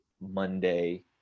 monday